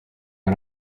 ari